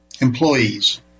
employees